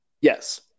Yes